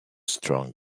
strong